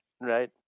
right